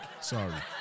sorry